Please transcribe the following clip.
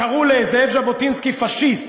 קראו לזאב ז'בוטינסקי פאשיסט,